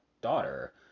Daughter